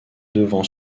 devant